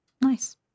Nice